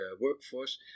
workforce